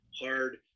hard